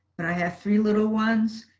but i have three little ones,